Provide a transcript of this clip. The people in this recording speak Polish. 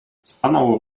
stanął